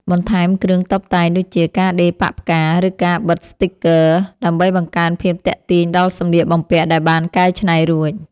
បន្ថែមគ្រឿងតុបតែងដូចជា ការដេរប៉ាក់ផ្កា ឬការបិទស្ទីគ័រ ដើម្បីបង្កើនភាពទាក់ទាញដល់សម្លៀកបំពាក់ដែលបានកែច្នៃរួច។